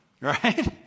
Right